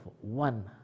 one